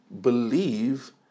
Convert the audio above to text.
believe